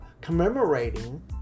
commemorating